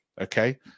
Okay